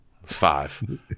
five